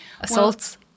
assaults